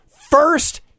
first